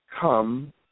come